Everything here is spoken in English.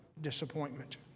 disappointment